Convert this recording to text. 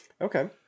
Okay